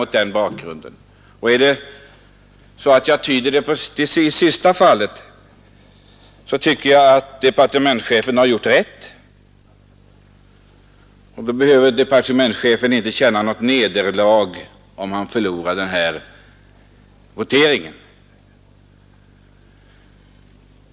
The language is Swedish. Är den senare tolkningen riktig tycker jag att departementschefen har gjort rätt. Då behöver departementschefen inte känna det som ett nederlag om han förlorar denna votering.